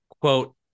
quote